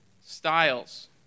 styles